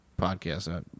podcast